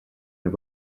and